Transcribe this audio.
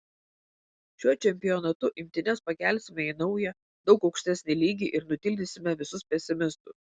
šiuo čempionatu imtynes pakelsime į naują daug aukštesnį lygį ir nutildysime visus pesimistus